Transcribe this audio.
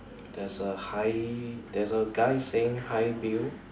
there's a hi there's a guy saying hi bill